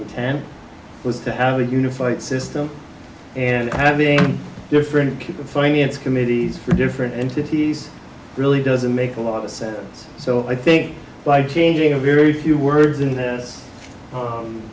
intent was to have a unified system and having different people finance committees from different entities really doesn't make a lot of sense so i think by changing a very few words in this